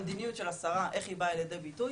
איך המדיניות של השרה באה לידי ביטוי,